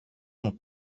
μου